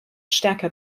stärker